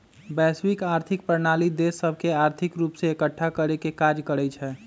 वैश्विक आर्थिक प्रणाली देश सभके आर्थिक रूप से एकठ्ठा करेके काज करइ छै